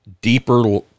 deeper